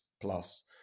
plus